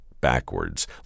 backwards